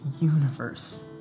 universe